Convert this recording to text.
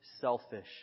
selfish